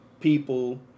people